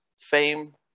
fame